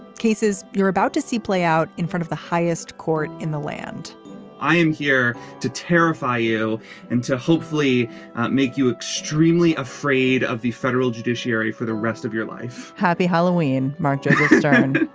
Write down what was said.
cases you're about to see play out in front of the highest court in the land i am here to terrify you and to hopefully make you extremely afraid of the federal judiciary for the rest of your life happy halloween. mark a start.